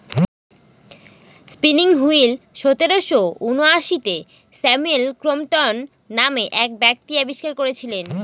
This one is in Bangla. স্পিনিং হুইল সতেরোশো ঊনআশিতে স্যামুয়েল ক্রম্পটন নামে এক ব্যক্তি আবিষ্কার করেছিলেন